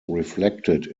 reflected